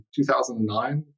2009